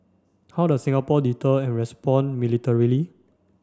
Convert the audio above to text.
how does Singapore deter and respond militarily